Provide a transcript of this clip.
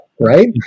right